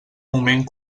moment